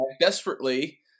desperately